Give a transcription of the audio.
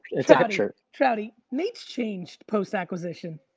it's a hip shirt. trouty, nate's changed post acquisition.